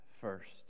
first